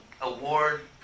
award